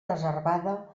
reservada